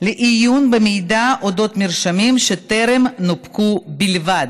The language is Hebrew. לעיון במידע על מרשמים שטרם נופקו בלבד.